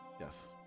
Yes